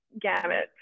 gamut